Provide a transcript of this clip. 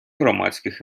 громадських